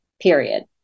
period